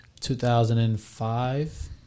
2005